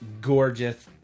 gorgeous